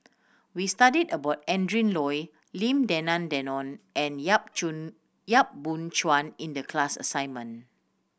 we studied about Adrin Loi Lim Denan Denon and Yap Yap Boon Chuan in the class assignment